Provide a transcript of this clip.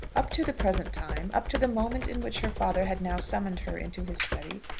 up to the present time up to the moment in which her father had now summoned her into his study,